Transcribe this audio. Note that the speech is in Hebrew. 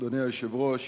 אדוני היושב-ראש,